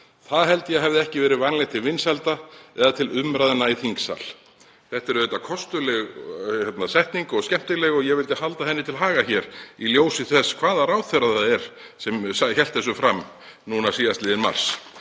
Það held ég að hefði ekki verið vænlegt til vinsælda eða til umræðna í þingsal.“ Þetta er kostuleg setning og skemmtileg og ég vildi halda henni til haga í ljósi þess hvaða ráðherra það er sem hélt þessu fram síðastliðinn mars.